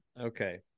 Okay